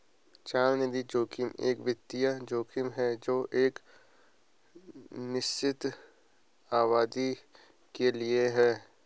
चलनिधि जोखिम एक वित्तीय जोखिम है जो एक निश्चित अवधि के लिए है